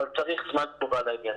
אבל צריך זמן תגובה לעניין